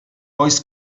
oes